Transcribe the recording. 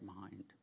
mind